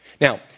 Now